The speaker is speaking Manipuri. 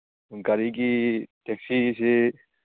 ꯒꯥꯔꯤꯒꯤ ꯇꯦꯛꯁꯤꯁꯤ